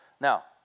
Now